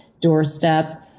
doorstep